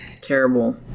terrible